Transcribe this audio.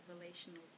relational